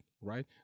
right